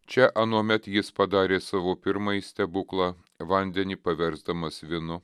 čia anuomet jis padarė savo pirmąjį stebuklą vandenį paversdamas vynu